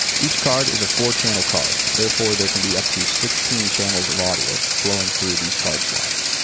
each card is a four channel card. therefore, there can be up to sixteen channels of audio flowing through these card slots.